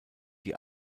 die